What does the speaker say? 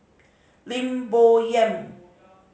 Lim Bo Yam